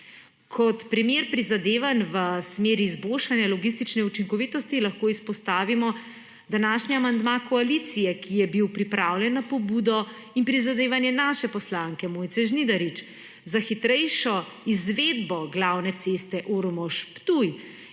Kot primer prizadevanj v smeri izboljšanja logistične učinkovitosti lahko izpostavimo današnji amandma koalicije, ki je bil pripravljen na pobudo in prizadevanje naše poslanke Mojce Žnidarič za hitrejšo izvedbo glavne ceste Ormož–Ptuj